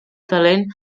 talent